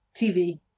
TV